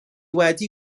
wedi